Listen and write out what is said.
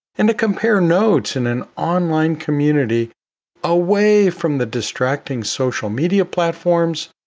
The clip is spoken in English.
and to compare notes and an online community away from the distracting social media platforms,